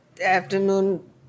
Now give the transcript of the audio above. afternoon